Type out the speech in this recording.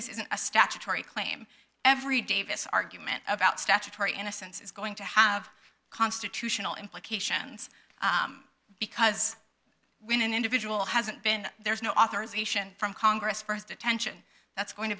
this isn't a statutory claim every davis argument about statutory innocence is going to have constitutional implications because when an individual hasn't been there's no authorization from congress for his detention that's going to